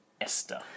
Esther